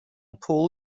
پول